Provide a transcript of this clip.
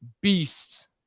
beasts